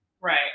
Right